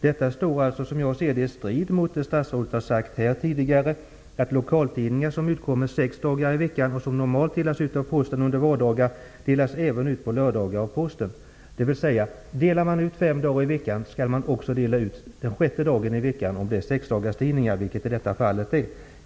Detta står, som jag ser det, i strid med vad statsrådet sagt tidigare, att lokaltidningar som utkommer sex dagar i veckan och som normalt delas ut av Posten under vardagar delas ut av Posten även på lördagar. Delar man ut tidningen fem dagar i veckan, skall man alltså dela ut den också den sjätte dagen i veckan, om det är fråga om en sexdagarstidning, vilket det är i detta fall.